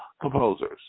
composers